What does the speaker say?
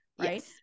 right